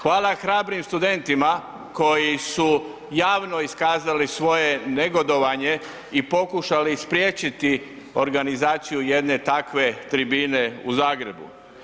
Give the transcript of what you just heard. Hvala hrabrim studentima koji su javno iskazali svoje negodovanje i pokušali spriječiti organizaciju jedne takve tribine u Zagrebu.